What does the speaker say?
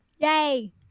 Yay